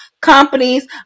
companies